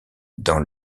dans